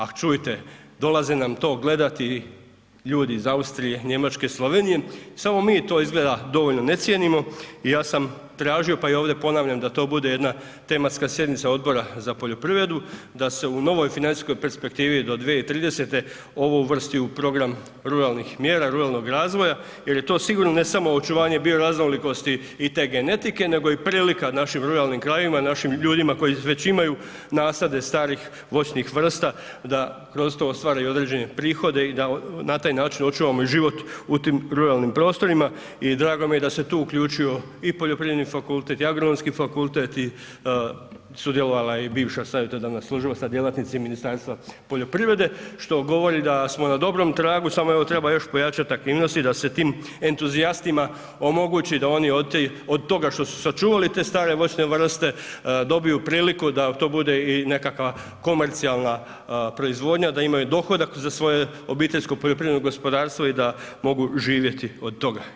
A čujte, dolaze nam to gledati ljudi iz Austrije, Njemačke i Slovenije, samo mi to izgleda dovoljno ne cijenimo i ja sam tražio pa i ovdje ponavljam da to bude jedna tematska sjednica Odbora za poljoprivredu, da se u novoj financijskoj perspektivi do 2030. ovo uvrsti u program ruralnih mjera, ruralnog razvoja jer je to sigurno ne samo očuvanje bioraznolikosti i te genetike nego i prilika našim ruralnim krajevima, našim ljudima koji već imaju nasade starih voćnih vrsta da kroz to ostvare i određene prihode i da na taj način očuvamo i život u tim ruralnim prostorima i drago mi je da se tu uključio i Poljoprivredni fakultet i Agronomski fakultet i sudjelovala je i bivša savjetodavna služba sad djelatnici Ministarstva poljoprivrede što govori da smo na dobrom tragu samo evo treba još pojačati aktivnosti da se tim entuzijastima omogući da se oni od toga što su sačuvali te stare voćne vrste, dobiju priliku da to bude i nekakva komercijalna proizvodnja, da imaju dohodak za svoje obiteljsko poljoprivredno gospodarstvo i da mogu živjeti od toga.